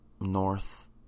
North